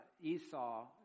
Esau